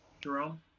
Jerome